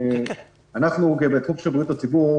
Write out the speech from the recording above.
אנחנו בתחום של בריאות הציבור,